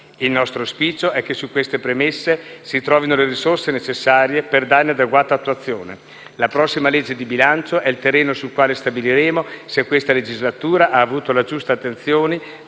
Il nostro auspicio è che su queste premesse si trovino le risorse necessarie per darne adeguata attuazione. La prossima legge di bilancio è il terreno sul quale stabiliremo se questa legislatura ha avuto la giusta attenzione